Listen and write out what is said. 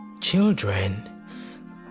Children